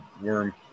worm